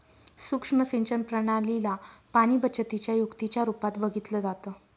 सुक्ष्म सिंचन प्रणाली ला पाणीबचतीच्या युक्तीच्या रूपात बघितलं जातं